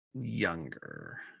younger